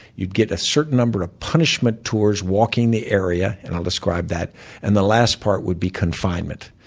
you'd get a certain number of punishment tours walking the area and i'll describe that and the last part would be confinement.